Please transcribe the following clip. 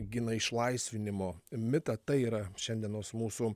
gina išlaisvinimo mitą tai yra šiandienos mūsų